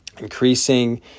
Increasing